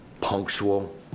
punctual